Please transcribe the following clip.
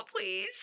please